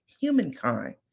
humankind